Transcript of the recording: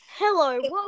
Hello